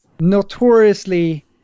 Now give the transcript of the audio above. notoriously